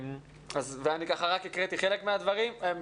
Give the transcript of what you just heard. אני רק הקראתי חלק מהדברים.